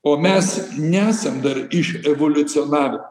o mes nesam dar iš evoliucionavę